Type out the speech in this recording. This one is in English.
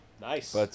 nice